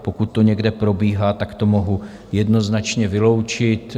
A pokud to někde probíhá, tak to mohu jednoznačně vyloučit.